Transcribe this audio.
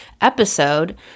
episode